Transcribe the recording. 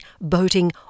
boating